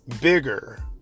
bigger